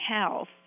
health